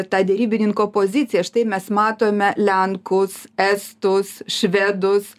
ta derybininko pozicija štai mes matome lenkus estus švedus